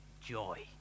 joy